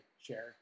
share